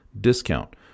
discount